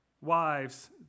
Wives